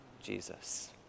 Jesus